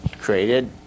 Created